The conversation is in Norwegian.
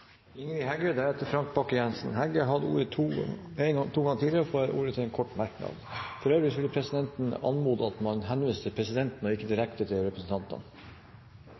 Ingrid Heggø har hatt ordet to ganger tidligere og får ordet til en kort merknad begrenset til 1 minutt. For øvrig vil presidenten anmode om at man retter talen til presidenten og ikke direkte til representantene.